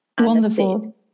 Wonderful